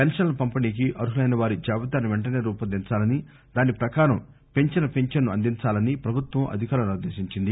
పెన్షన్ల పంపిణీకి అర్మలైనవారి జాబితాను వెంటనే రూపొందించాలని దాని ప్రకారం పెంచిన పింఛన్ను అందించాలని పభుత్వం అధికారులను ఆదేశించింది